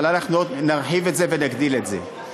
אבל אנחנו עוד נרחיב את זה ונגדיל את זה.